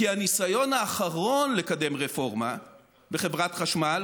כי הניסיון האחרון לקדם רפורמה בחברת חשמל